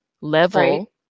level